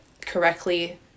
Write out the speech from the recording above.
correctly